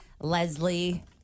Leslie